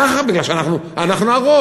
ככה, כי אנחנו הרוב.